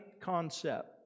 concept